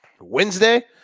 Wednesday